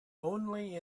only